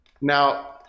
Now